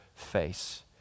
face